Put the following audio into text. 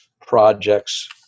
projects